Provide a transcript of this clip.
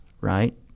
right